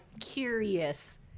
curious